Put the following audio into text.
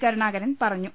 കരുണാകരൻ പറഞ്ഞു